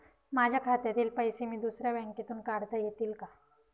माझ्या खात्यातील पैसे मी दुसऱ्या बँकेतून काढता येतील का?